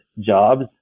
jobs